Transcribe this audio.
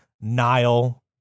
Nile